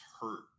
hurt